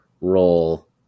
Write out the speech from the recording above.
role